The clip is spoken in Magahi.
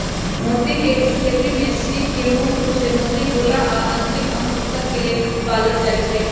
मोती के खेती में सीप के मुख्य रूप से मोती गोला आ आन्तरिक अंग उत्तक के लेल पालल जाई छई